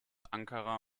ankara